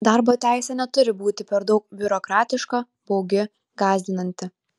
darbo teisė neturi būti per daug biurokratiška baugi gąsdinanti